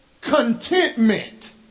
contentment